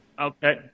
Okay